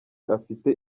afite